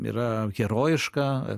yra herojiška